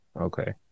Okay